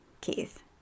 Keith